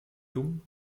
dumm